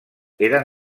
eren